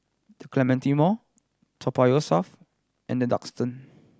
The Clementi Mall Toa Payoh South and The Duxton